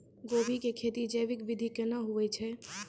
गोभी की खेती जैविक विधि केना हुए छ?